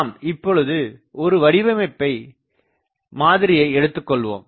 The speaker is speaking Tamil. நாம் இப்பொழுது ஒரு வடிவமைப்பு மாதிரியை எடுத்துக்கொள்வோம்